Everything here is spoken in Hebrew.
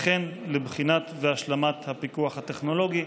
וכן לבחינת ולהשלמת הפיקוח הטכנולוגי.